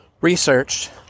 researched